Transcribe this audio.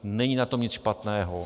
Není na tom nic špatného.